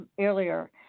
earlier